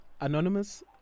Anonymous